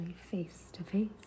face-to-face